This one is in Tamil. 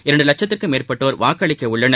இரண்டு வட்சத்திற்கும் மேற்பட்டோர் வாக்களிக்கவுள்ளனர்